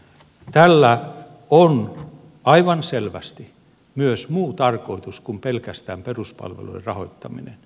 tällä on aivan selvästi myös muu tarkoitus kuin pelkästään peruspalveluiden rahoittaminen